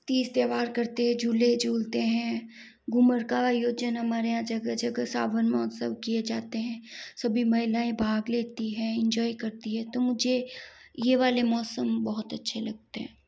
तीज त्यौहार करते हैं झूले झूलते हैं घूमर का आयोजन हमारे यहां जगह जगह सावन महोत्सव किए जाते हैं सभी महिलाएं भाग लेती हैं एंजॉय करती हैं तो मुझे ये वाले मौसम बहुत अच्छे लगते हैं